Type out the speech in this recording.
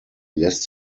lässt